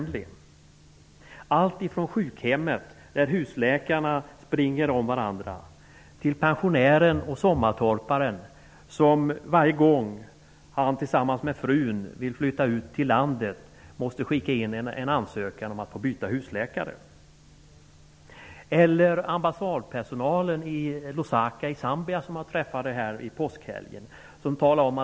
Det är allt ifrån sjukhemmet där husläkarna springer om varandra, till pensionären, sommartorparen, som tvingas skicka in en ansökan om att byta husläkare varje gång han och frun flyttar ut till landet. Vidare har vi ambassadpersonalen i Lusaka, Zambia, som jag träffade under påskhelgen.